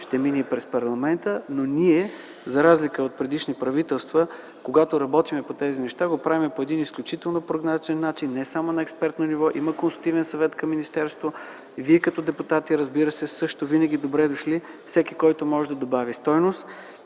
ще мине и през парламента. Ние, за разлика от предишни правителства, когато работим по тези неща, го правим по изключително прозрачен начин – не само на експертно ниво. Има консултативен съвет към министерството, вие като депутати също сте винаги „добре дошли”, всеки, който може да добави стойност